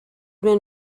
been